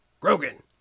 Grogan